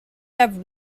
have